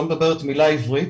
לא מדברת מילה עברית.